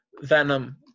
Venom